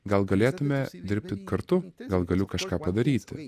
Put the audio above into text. gal galėtume dirbti kartu gal galiu kažką padaryti